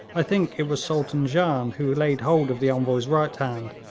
i think it was sultan jan who laid hold of the envoy's right hand.